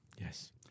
Yes